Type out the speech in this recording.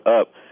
up